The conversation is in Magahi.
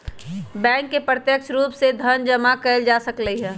बैंक से प्रत्यक्ष रूप से धन जमा एइल जा सकलई ह